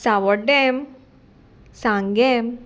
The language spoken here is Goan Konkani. सावड्डेंम सांगेंम